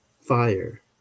fire